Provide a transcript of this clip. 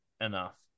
enough